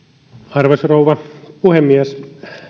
arvoisa rouva puhemies